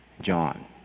John